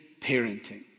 Parenting